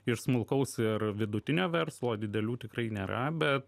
ir smulkaus ir vidutinio verslo o didelių tikrai nėra bet